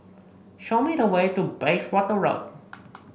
show me the way to Bayswater Road